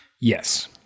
Yes